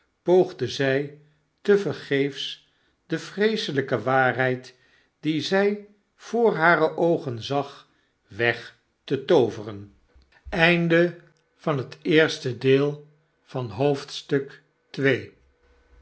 poogde zij tevergeefs de vreeselijke waarheid die zy voor hare oogen zag weg te tooveren